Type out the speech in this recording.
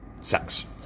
sex